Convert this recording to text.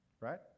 right